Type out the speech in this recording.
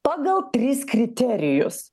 pagal tris kriterijus